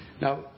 Now